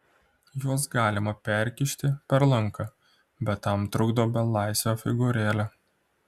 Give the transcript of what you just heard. juos galima perkišti per lanką bet tam trukdo belaisvio figūrėlė